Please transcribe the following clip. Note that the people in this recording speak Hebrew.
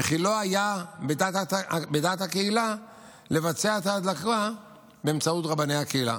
וכי לא היה בדעת הקהילה לבצע את ההדלקה באמצעות רבני הקהילה.